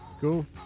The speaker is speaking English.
cool